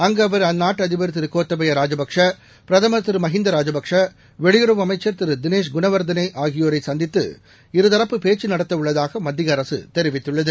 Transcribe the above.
அங்கு அவர் அந்நாட்டு அதிபர் திரு கோத்தயய ராஜபக்சே பிரதமர் திரு மஹிந்த ராஜபக்சே வெளியுறவு அமைச்சர் திரு திளேஷ் குணவர்தனா ஆகியோரை சந்தித்து இருதரப்பு பேச்சு நடத்த உள்ளதாக மத்திய அரசு தெரிவித்துள்ளது